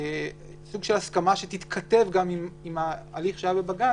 כסוג של הסכמה שתתכתב גם עם ההליך שהיה בבג"ץ,